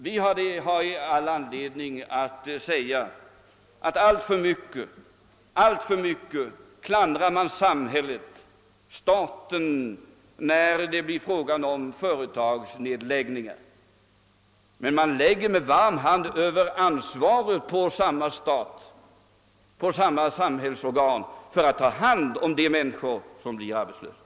Vi har all anledning att säga att man alltför mycket klandrar samhället-staten, när företagsnedläggningar blir aktuella. Samtidigt lägger man emellertid med varm hand över ansvaret på samma stat och på samma sambhällsorgan för att bistå de människor som därigenom blir arbetslösa!